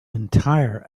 entire